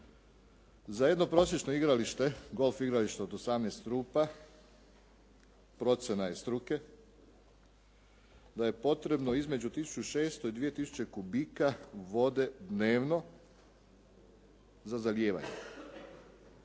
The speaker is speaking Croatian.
za jedno prosječno igralište, golf igralište od 18 rupa procjena je struke da je potrebno između 1600 i 2000 kubika vode dnevno za zalijevanje.